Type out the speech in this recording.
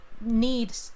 need